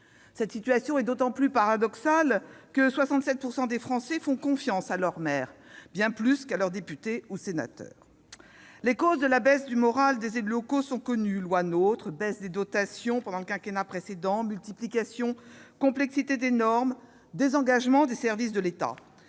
Cette situation est d'autant plus paradoxale que 67 % des Français font confiance à leur maire, bien plus qu'à leur député ou sénateur. Les causes de la baisse du moral des élus locaux sont connues : loi NOTRe, baisse des dotations durant le précédent quinquennat, multiplication et complexité des normes, désengagement des services de l'État.